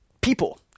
people